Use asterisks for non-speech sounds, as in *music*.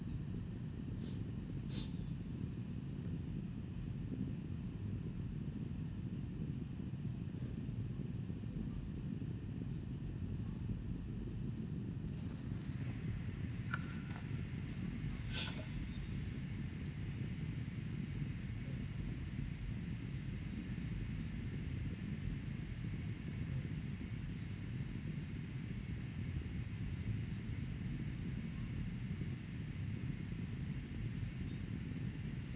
*breath* *breath*